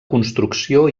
construcció